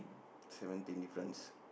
seventeen difference